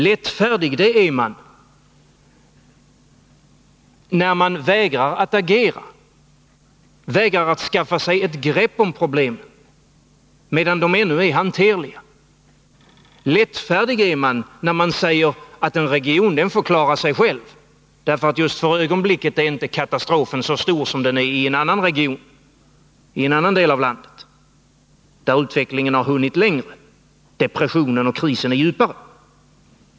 Lättfärdig är man när man vägrar att agera, vägrar att skaffa sig ett grepp om problemen medan de ännu är hanterliga. Lättfärdig är man när man säger att en region får klara sig själv, därför att just för ögonblicket är inte katastrofen så stor som den är i en annan region, i en annan del av landet, där utvecklingen har hunnit längre, där depressionen och krisen är djupare.